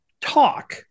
talk